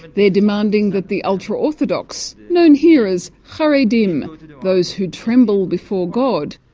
they're demanding that the ultra-orthodox known here as haredim those who tremble before god,